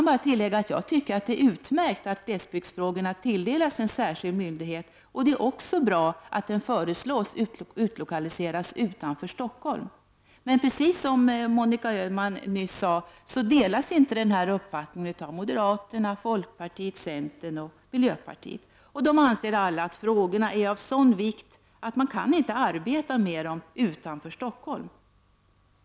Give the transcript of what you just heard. Det är utmärkt att glesbygdsfrågorna tilldelas en särskild myndighet, och det är också bra att den föreslås bli utlokaliserad utanför Stockholm. Precis som Monica Öhman nyss sade delas inte den här uppfattningen av moderaterna, folkpartiet, centern och miljöpartiet. De anser alla att frågorna är av sådan vikt att man inte kan arbeta med dem utanför Stockholm.